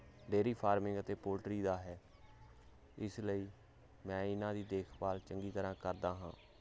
dairy farming ਅਤੇ poultry ਦਾ ਹੈ ਇਸ ਲਈ ਮੈਂ ਇਹਨਾਂ ਦੀ ਦੇਖਭਾਲ ਚੰਗੀ ਤਰ੍ਹਾਂ ਕਰਦਾ ਹਾਂ